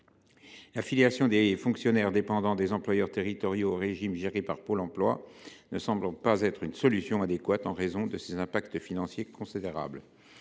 L’affiliation des fonctionnaires qui dépendent des employeurs territoriaux au régime géré par Pôle emploi ne semble pas une solution adéquate, en raison de ses impacts financiers considérables.